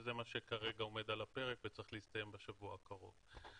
שזה מה שכרגע עומד על הפרק וצריך להסתיים בשבוע הקרוב.